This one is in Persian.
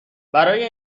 برای